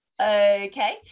okay